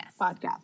podcast